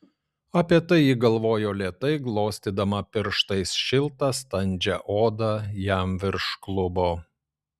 apie tai ji galvojo lėtai glostydama pirštais šiltą standžią odą jam virš klubo